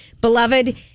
beloved